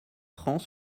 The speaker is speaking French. francs